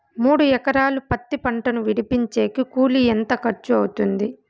మూడు ఎకరాలు పత్తి పంటను విడిపించేకి కూలి ఎంత ఖర్చు అవుతుంది?